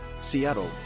Seattle